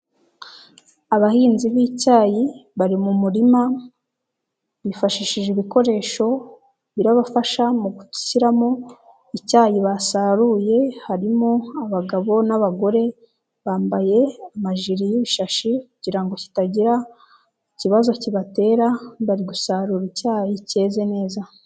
Abahinzi b'icyayi bari mu murima bifashishije ibikoresho birabafasha mu gushyiramo icyayi basaruye, harimo abagabo n'abagore bambaye amajiri y'ibishashi kugira ngo kitagira ikibazo kibatera bari gusarura icyayi keze neza.